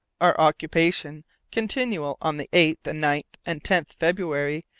our occupation continued on the eighth, ninth, and tenth february,